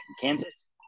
Kansas